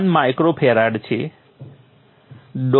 01 micro farad છે